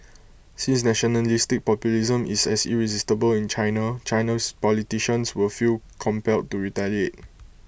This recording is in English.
since nationalistic populism is as irresistible in China Chinese politicians will feel compelled to retaliate